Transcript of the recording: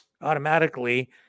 automatically